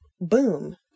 boom